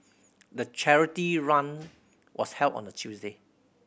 the charity run was held on a Tuesday